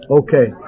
okay